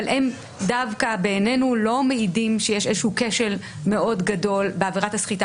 אבל הם דווקא בעינינו לא מעידים שיש איזה כשל מאוד גדול בעבירת הסחיטה.